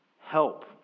help